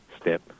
step